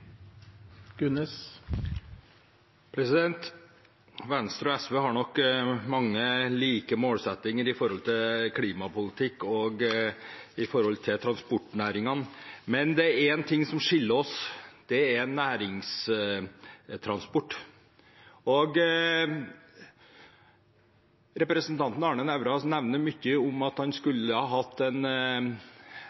Venstre og SV har nok mange like målsettinger når det gjelder klimapolitikk og transportnæringene, men én ting skiller oss, og det er næringstransport. Representanten Arne Nævra sier mye om at